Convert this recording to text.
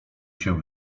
się